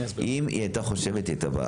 אם היא הייתה חושבת היא הייתה באה.